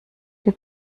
der